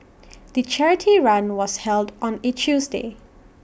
the charity run was held on A Tuesday